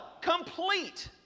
Complete